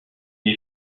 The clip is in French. est